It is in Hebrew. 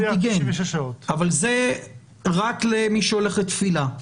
אבל זה רק למי שהולך לתפילה.